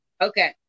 Okay